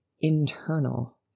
internal